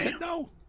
no